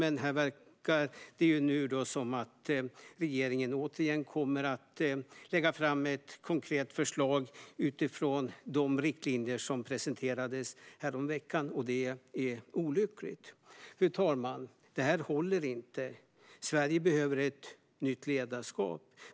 Det verkar dock som att regeringen återigen kommer att lägga fram ett konkret förslag utifrån de riktlinjer som presenterades häromveckan, vilket är olyckligt. Fru talman! Det här håller inte. Sverige behöver ett nytt ledarskap.